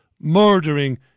murdering